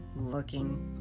looking